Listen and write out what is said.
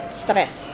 stress